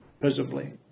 visibly